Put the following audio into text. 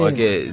Okay